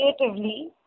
creatively